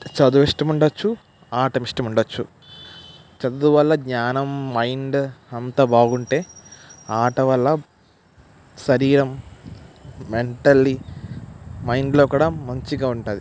చదువు ఇష్టం ఉండ వచ్చు ఆట ఇష్టం ఉండ వచ్చు చదువు వల్ల జ్ఞానం మైండ్ అంతా బాగుంటే ఆట వల్ల శరీరం మెంటల్లీ మైండ్లో కూడా మంచిగా ఉంటుంది